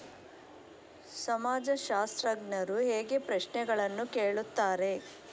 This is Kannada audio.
ಸಮಾಜಶಾಸ್ತ್ರಜ್ಞರು ಹೇಗೆ ಪ್ರಶ್ನೆಗಳನ್ನು ಕೇಳುತ್ತಾರೆ?